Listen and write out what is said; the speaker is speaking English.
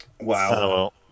Wow